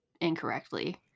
incorrectly